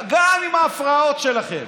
אתם נכשלתם, גם בלעדיכם, גם עם ההפרעות שלכם.